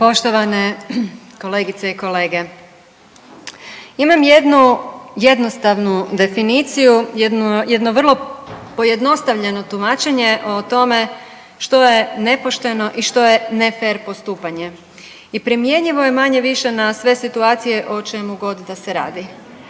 Poštovane kolegice i kolege, imam jednu jednostavnu definiciju, jedno vrlo pojednostavljeno tumačenje o tome što je nepošteno i što je nefer postupanje i primjenjivo je manje-više na sve situacije o čemu god da se radi.